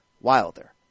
Wilder